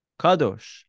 Kadosh